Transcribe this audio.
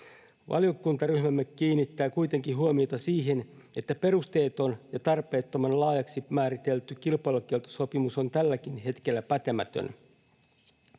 Valiokuntaryhmämme kiinnittää kuitenkin huomiota siihen, että perusteeton ja tarpeettoman laajaksi määritelty kilpailukieltosopimus on tälläkin hetkellä pätemätön.